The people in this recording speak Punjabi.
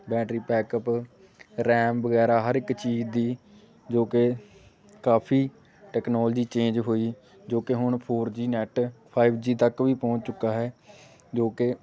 ਬੈਟਰੀ ਪੈਕਅੱਪ ਰੈਮ ਵਗੈਰਾ ਹਰ ਇੱਕ ਚੀਜ਼ ਦੀ ਜੋ ਕਿ ਕਾਫੀ ਟੈਕਨੋਲੋਜੀ ਚੇਂਜ ਹੋਈ ਜੋ ਕਿ ਹੁਣ four G net five G ਤੱਕ ਵੀ ਪਹੁੰਚ ਚੁੱਕਾ ਹੈ ਜੋ ਕਿ